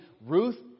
Ruth